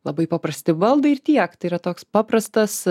labai paprasti baldai ir tiek tai yra toks paprastas